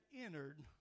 entered